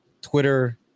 twitter